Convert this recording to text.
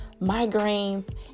migraines